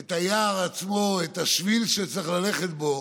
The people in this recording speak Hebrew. את היער עצמו, את השביל שצריך ללכת בו,